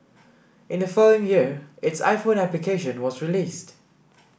in the following year its iPhone application was released